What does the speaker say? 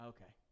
Okay